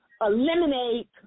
eliminate